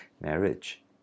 marriage